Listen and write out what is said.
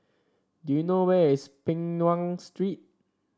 do you know where is Peng Nguan Street